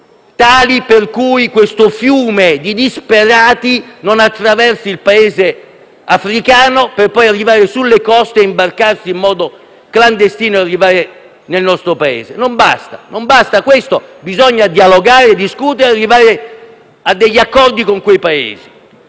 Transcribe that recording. tali per cui il fiume di disperati non attraversi il Paese africano per poi arrivare sulle coste, imbarcarsi in modo clandestino e arrivare nel nostro Paese. Non basta questo: bisogna dialogare, discutere e arrivare a degli accordi con quei Paesi.